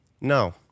no